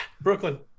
brooklyn